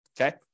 Okay